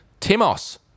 Timos